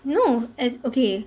no it's okay